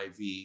IV